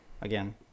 Again